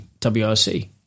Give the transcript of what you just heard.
WRC